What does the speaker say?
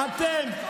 אני עונה לך.